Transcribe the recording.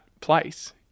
place